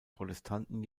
protestanten